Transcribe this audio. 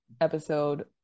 episode